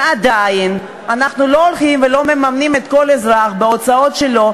ועדיין אנחנו לא הולכים ולא מממנים לכל אזרח את ההוצאות שלו,